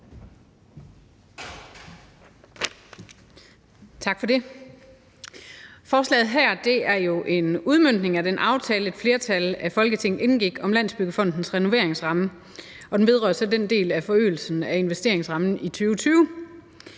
Tak for det. Forslaget her er jo en udmøntning af den aftale, et flertal i Folketinget indgik, om Landsbyggefondens renoveringsramme, og den vedrører så forøgelsen af investeringsrammen for 2020.